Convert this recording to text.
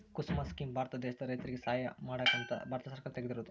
ಕುಸುಮ scheme Bharat ದೇಶದ ರೈತರಿಗೆ ಸಹಾಯ ಮಾಡಕ ಅಂತ ಭಾರತ ಸರ್ಕಾರ ತೆಗ್ದಿರೊದು